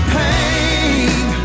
pain